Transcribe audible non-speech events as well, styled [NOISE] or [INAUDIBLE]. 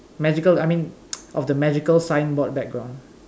magical I mean [NOISE] of the magical signboard background